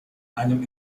einem